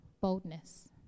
boldness